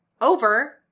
over